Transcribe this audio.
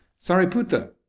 Sariputta